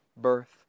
birth